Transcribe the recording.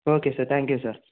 okay sir thank you sir